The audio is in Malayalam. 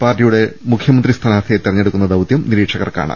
പാർട്ടിയുടെ മുഖ്യമന്ത്രി സ്ഥാനാർത്ഥിയെ തെരഞ്ഞെടു ക്കുന്ന ദൌത്യം നിരീക്ഷകർക്കാണ്